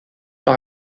par